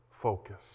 focus